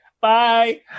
Bye